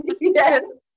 yes